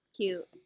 Cute